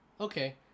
Okay